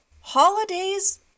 holidays